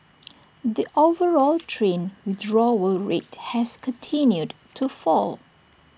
the overall train withdrawal rate has continued to fall